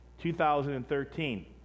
2013